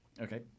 Okay